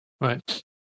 Right